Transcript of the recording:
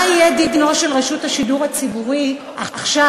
מה יהיה דינה של רשות השידור הציבורי עכשיו,